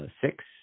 six